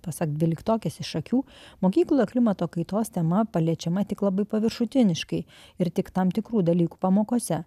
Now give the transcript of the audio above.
pasak dvyliktokės iš šakių mokyklo klimato kaitos tema paliečiama tik labai paviršutiniškai ir tik tam tikrų dalykų pamokose